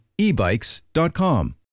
ebikes.com